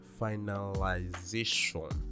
finalization